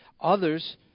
Others